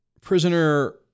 prisoner